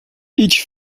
each